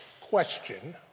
question